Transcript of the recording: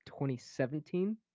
2017